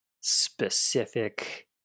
specific